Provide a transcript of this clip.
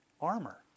armor